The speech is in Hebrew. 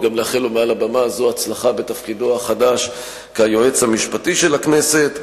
וגם לאחל לו מעל במה זו הצלחה בתפקידו החדש כיועץ המשפטי של הכנסת,